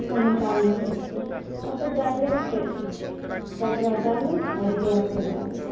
ओना तऽ आब नहि होइत छिकै आब तऽ डाइरेक्ट कपड़ा डालो आ धोआइके चलि अबैत छै